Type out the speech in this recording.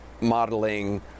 modeling